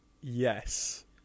Yes